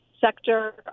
sector